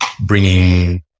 bringing